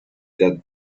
that